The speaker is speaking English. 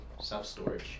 self-storage